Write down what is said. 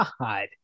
God